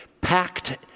packed